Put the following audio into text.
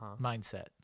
mindset